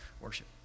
worship